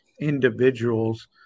individuals